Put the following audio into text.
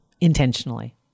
intentionally